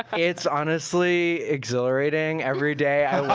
it's honestly exhilarating. everyday i like